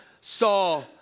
saw